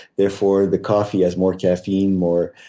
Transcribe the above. therefore, the coffee has more caffeine, more